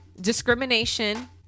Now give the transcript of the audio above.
discrimination